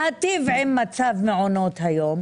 להיטיב עם מצב מעונות היום,